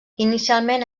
inicialment